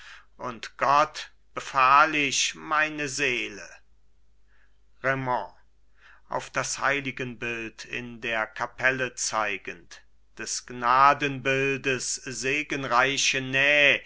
und gott befahl ich meine seele raimond auf das heiligenbild in der kapelle zeigend des gnadenbildes segenreiche näh